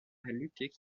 lutter